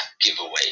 giveaway